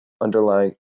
underlying